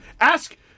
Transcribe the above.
Ask